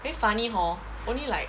very funny hor only like